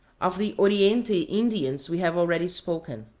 of the oriente indians we have already spoken.